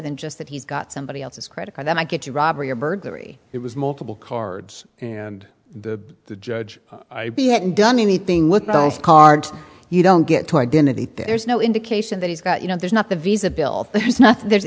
than just that he's got somebody else's credit card then i get a robbery or burglary it was multiple cards and the the judge i hadn't done anything with those cards you don't get to identity there is no indication that he's got you know there's not the visa bill there's